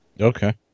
Okay